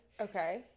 Okay